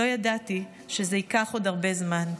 לא ידעתי שזה ייקח עוד הרבה זמן".